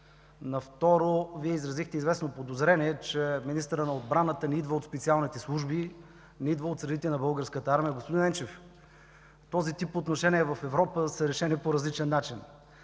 На второ, Вие изразихте известно подозрение, че министърът на отбраната не идва от специалните служби, не идва от средите на Българската армия. Господин Енчев, този тип отношения в Европа са решени по различен начин.